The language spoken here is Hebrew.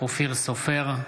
אופיר סופר,